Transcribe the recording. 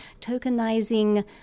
tokenizing –